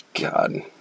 God